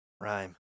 Rhyme